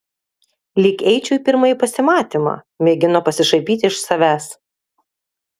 lyg eičiau į pirmąjį pasimatymą mėgino pasišaipyti iš savęs